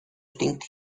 stinkt